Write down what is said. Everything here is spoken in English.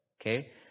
Okay